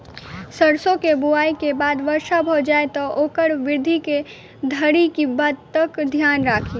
सैरसो केँ बुआई केँ बाद वर्षा भऽ जाय तऽ ओकर वृद्धि धरि की बातक ध्यान राखि?